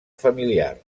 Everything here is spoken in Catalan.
familiar